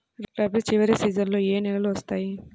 రబీ చివరి సీజన్లో ఏ నెలలు వస్తాయి?